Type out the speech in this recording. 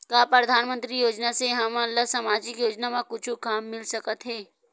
का परधानमंतरी योजना से हमन ला सामजिक योजना मा कुछु काम मिल सकत हे?